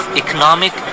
economic